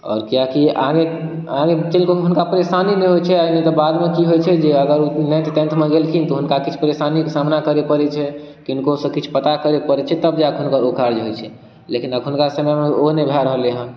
आओर किएकि आगे आगे पैघ भऽ के हुनका परेशानी नहि होइ छै नहि तऽ बाद मे की होइ छै जे अगर ओ नाइन्थ टेन्थ मे गेलखिन तऽ हुनका किछु परेशानी के सामना करय परै छै किनको सँ किछु पता करय परै छै तब जाके हुनकर ओ काज होइ छै लेकिन अखुनका समय मे ओ नहि भऽ रहलै हन